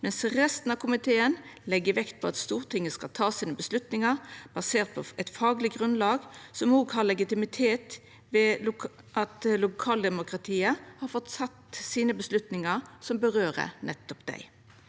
medan resten av komiteen legg vekt på at Stortinget skal ta sine avgjerder basert på eit fagleg grunnlag som òg har legitimitet ved at lokaldemokratiet har fått teke sine avgjerder som vedkjem nettopp dei.